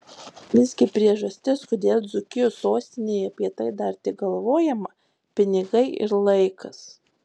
visgi priežastis kodėl dzūkijos sostinėje apie tai dar tik galvojama pinigai ir laikas